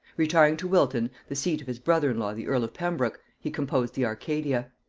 retiring to wilton, the seat of his brother-in-law the earl of pembroke, he composed the arcadia.